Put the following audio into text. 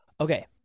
okay